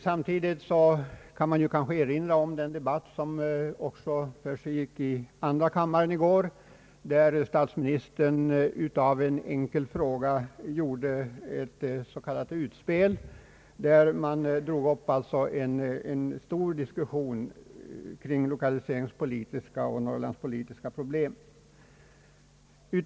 Sam tidigt kan man kanske erinra om den debatt som också försiggick i andra kammaren i går, där statsministern av en enkel fråga gjorde ett s.k. utspel, där man alltså drog upp en stor diskussion kring lokaliseringspolitiska och norrlandspolitiska problem.